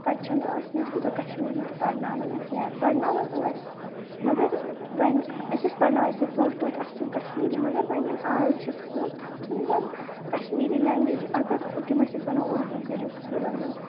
تَتہِ چھِنہٕ أسۍ نِش تیوٗتاہ کَشمیٖری تہِ پَرناوَان کینٛہہ پَرناوَان ٲسۍ مگر وۄنۍ اَسہِ ٲسۍ پَرناوَان اَسے پوٚر توتہِ اَصٕل کَشمیٖری مگر وۄنۍ یِم آز چھِ سکوٗل تَتہِ چھِنہٕ زَن کَشمیٖری لنٛگویجی اگر تِم ٲسۍ اسہِ وَنَان اردو کٔرِو سکوٗلَن منٛز